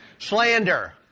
Slander